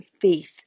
faith